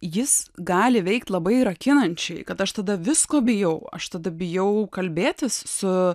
jis gali veikti labai rakinančiai kad aš tada visko bijau aš tada bijau kalbėtis su